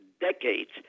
decades